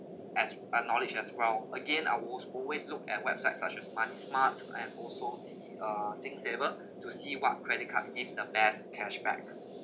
as and knowledge as well again I was always look at websites such as money smart to and also the it uh singsaver to see what credit cards give the best cash back